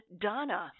Donna